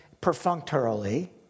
perfunctorily